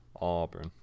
Auburn